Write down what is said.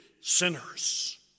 sinners